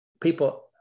people